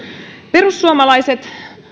perussuomalaiset